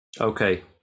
Okay